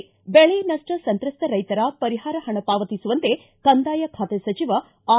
ಿ ಬೆಳೆ ನಷ್ಟ ಸಂತ್ರಸ್ತ ರೈತರ ಪರಿಹಾರ ಹಣ ಪಾವತಿಸುವಂತೆ ಕಂದಾಯ ಖಾತೆ ಸಚಿವ ಆರ್